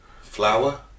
Flour